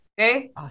Okay